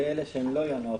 זה אלה שהם לא ינואר-פברואר.